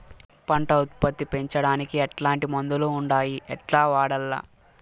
పంట ఉత్పత్తి పెంచడానికి ఎట్లాంటి మందులు ఉండాయి ఎట్లా వాడల్ల?